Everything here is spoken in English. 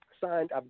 signed